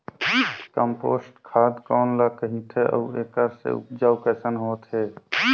Compost खाद कौन ल कहिथे अउ एखर से उपजाऊ कैसन होत हे?